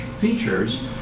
features